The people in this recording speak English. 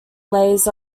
layers